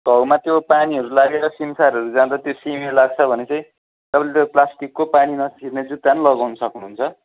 घाउमा त्यो पानीहरू लागेर सिमसारहरू जाँदा सिमे लाग्छ भने चाहिँ तपाईँले त्यो प्लास्टिकको पानी नछिर्ने जुत्ता नि लगाउनु सक्नुहुन्छ